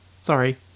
sorry